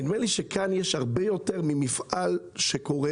נדמה לי שכאן יש הרבה יותר ממפעל שקורס,